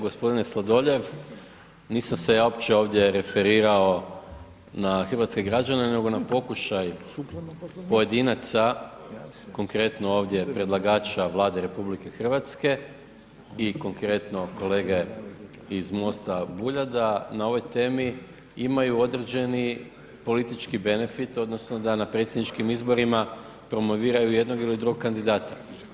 Gospodine Sladoljev, nisam se ja uopće ovdje referirao na hrvatske građane nego na pokušaj pojedinaca, konkretno ovdje predlagača Vlade RH i konkretno kolege iz MOST-a Bulja da na ovoj temi imaju određeni politički benefit odnosno da na predsjedničkim izborima promoviraju jednog ili drugog kandidata.